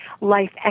life